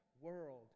world